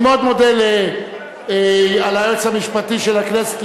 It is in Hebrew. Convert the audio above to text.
אני מאוד מודה ליועץ המשפטי של הכנסת